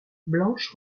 blanche